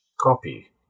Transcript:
copy